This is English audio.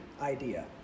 idea